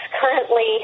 currently